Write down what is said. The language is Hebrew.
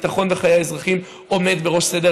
ביטחון וחיי האזרחים עומדים בראש סדר